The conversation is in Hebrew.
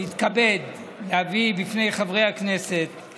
מתכבד להביא בפני חברי הכנסת את